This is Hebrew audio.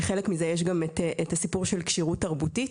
כחלק מזה יש גם את הסיפור של כשירות תרבותית.